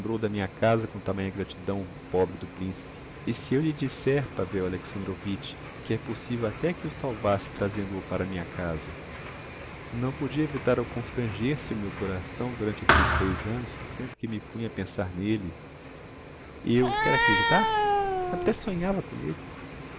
da minha casa com tamanha gratidão o pobre do principe e se eu lhe disser pavel alexandrovitch que é possivel até que o salvasse trazendo o para minha casa não podia evitar o confranger se me o coração durante aquelles seis annos sempre que me punha a pensar n'elle eu quer acreditar até sonhava com elle